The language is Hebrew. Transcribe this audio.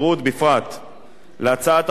להצעת החוק לא הוגשו הסתייגויות,